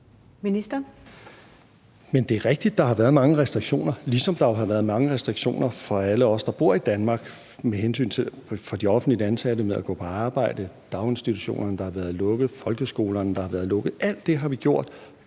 Hækkerup): Det er rigtigt, at der har været mange restriktioner, ligesom der jo har været mange restriktioner for alle os, der bor i Danmark – for de offentligt ansatte med hensyn til at gå på arbejde, for daginstitutionerne, der har været lukket, og for